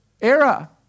era